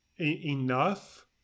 enough